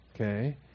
okay